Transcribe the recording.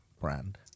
brand